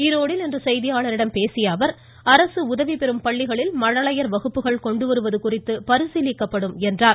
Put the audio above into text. ஈரோடில் செய்தியாளர்களிடம் பேசிய அவர் அரசு உதவிபெறும் பள்ளிகளில் மழலையர் வகுப்புகள் கொண்டு வருவது குறித்து பரிசீலிக்கப்படும் என்றார்